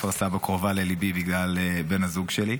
כפר סבא קרובה לליבי בגלל בן הזוג שלי.